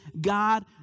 God